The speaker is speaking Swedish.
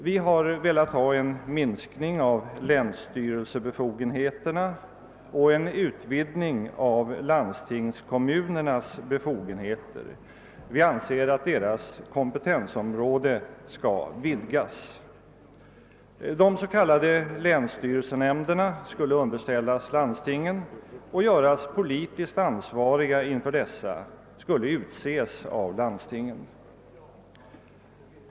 Vi har velat ha en minskning av länsstyrelsebefogenheterna och en utvidgning av landstingskommunernas befogenheter. Vi anser alltså att deras kompetensområde skall vidgas. De s.k. länsstyrelsenämnderna skulle underställas landstingen och göras politiskt ansvariga inför dessa ävensom utses av landstingen.